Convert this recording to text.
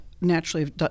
naturally –